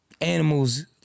animals